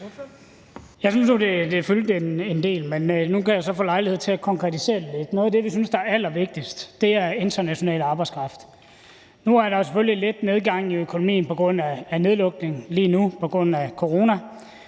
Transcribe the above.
Jeg synes nu, det fyldte en del, men nu kan jeg så få lejlighed til at konkretisere det lidt. Noget af det, vi synes er allervigtigst, er international arbejdskraft. Lige nu er der selvfølgelig lidt nedgang i økonomien på grund af nedlukning på grund af corona,